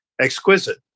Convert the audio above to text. exquisite